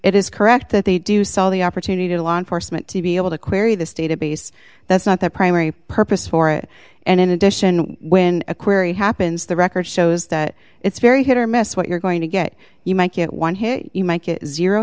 it is correct that they do sell the opportunity to law enforcement to be able to query this database that's not their primary purpose for it and in addition when a query happens the record shows that it's very hit or miss what you're going to get you might get one hit you might get zero